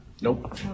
Nope